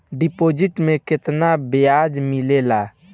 Deposit मे केतना बयाज मिलेला?